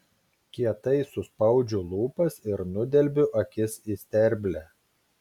kietai suspaudžiu lūpas ir nudelbiu akis į sterblę